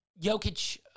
Jokic